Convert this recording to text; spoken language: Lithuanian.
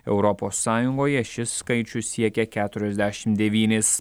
europos sąjungoje šis skaičius siekia keturiasdešim devynis